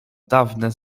dawne